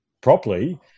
properly